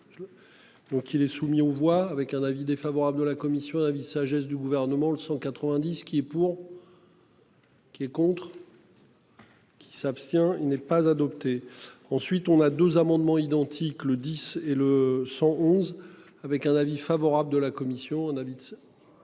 Donc il est soumis, on voit avec un avis défavorable de la commission, la sagesse du gouvernement le 190. Qui est pour. Qui est contre. Qui s'abstient. Il n'est pas adopté. Ensuite, on a 2 amendements identiques, le 10 et le 111 avec un avis favorable de la commission David. Pardon.